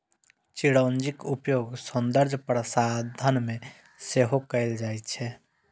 चिरौंजीक उपयोग सौंदर्य प्रसाधन मे सेहो कैल जाइ छै